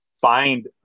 find